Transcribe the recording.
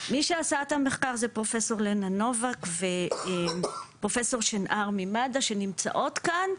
מי שעשה את המחקר זה פרופסור לנה נובק ופרופסור שנער ממד"א שנמצאות כאן,